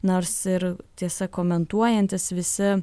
nors ir tiesa komentuojantys visi